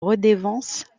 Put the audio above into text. redevance